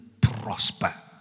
prosper